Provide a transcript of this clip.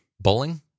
Bowling